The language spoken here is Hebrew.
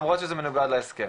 למרות שזה מנוגד להסכם.